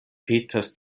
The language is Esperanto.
peters